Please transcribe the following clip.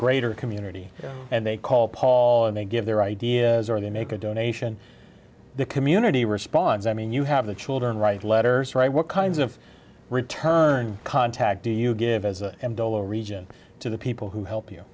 greater community and they call paul and they give their ideas or they make a donation the community responds i mean you have the children write letters right what kinds of return contact do you give as a region to the people who help you